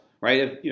right